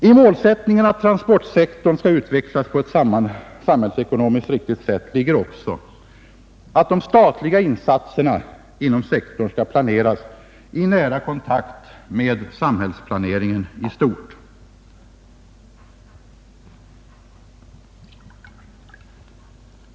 I målsättningen att transportsektorn skall utvecklas på ett samhällsekonomiskt riktigt sätt ligger också, att de statliga insatserna inom sektorn skall planeras i nära kontakt med samhällsplaneringen i stort.